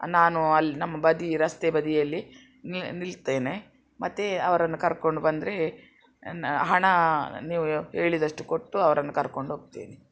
ನಾನು ಅಲ್ಲಿ ನಮ್ಮ ಬದಿ ರಸ್ತೆ ಬದಿಯಲ್ಲಿ ನಿಲ್ತೇನೆ ಮತ್ತೆ ಅವರನ್ನು ಕರ್ಕೊಂಡು ಬಂದರೆ ಹಣ ನೀವು ಹೇಳಿದಷ್ಟು ಕೊಟ್ಟು ಅವ್ರನ್ನು ಕರ್ಕೊಂಡು ಹೋಗ್ತೇನೆ